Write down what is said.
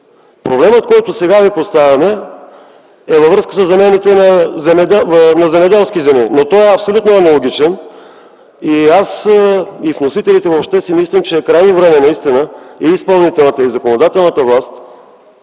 Проблемът, който сега ви поставяме, е свързан със замените на земеделски земи, но той е абсолютно аналогичен. Аз, вносителите въобще си мислим, че е крайно време и изпълнителната, и законодателната власт